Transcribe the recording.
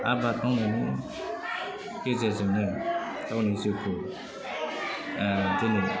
आबाद मावनायनि गेजेरजोंनो गावनि जिउखौ दिनै